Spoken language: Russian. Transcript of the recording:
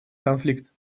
конфликт